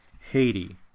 Haiti